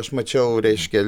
aš mačiau reiškia